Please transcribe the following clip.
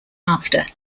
after